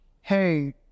hey